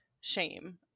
shame